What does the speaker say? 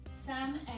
Sam